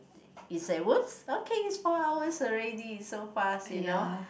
is a wood okay it's four hours already is so fast you know